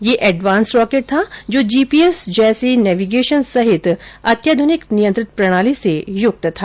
यह advance rocket था जो जीपीएस जैसे नेविगेशन सहित अत्याधुनिक नियंत्रित प्रणाली से युक्त था